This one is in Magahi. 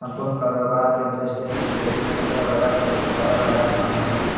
सम्पूर्ण कारोबार के दृष्टि से विदेशी मुद्रा बाजार सबसे बड़ा बाजार मानल जा हय